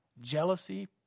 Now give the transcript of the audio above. Jealousy